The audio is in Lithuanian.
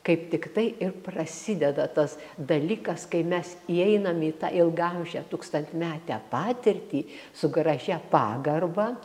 kaip tiktai ir prasideda tas dalykas kai mes įeinam į tą ilgaamžę tūkstantmetę patirtį su gražia pagarba